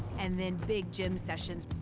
and then big gym sessions.